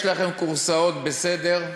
יש לכם כורסאות, בסדר,